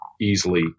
easily